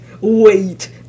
Wait